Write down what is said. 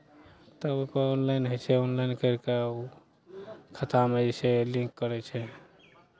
तब ओकर ऑनलाइन होइ छै ऑनलाइन करि कऽ ओ खातामे जे छै लिंक करै छै